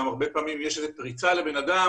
מה גם שהרבה פעמים יש פריצה לבן אדם